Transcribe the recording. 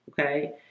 Okay